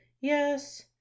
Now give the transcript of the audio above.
Yes